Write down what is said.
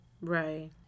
Right